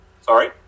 Sorry